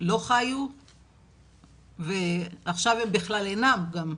לא חיו ועכשיו הם בכלל אינם גם.